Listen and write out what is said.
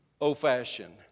old-fashioned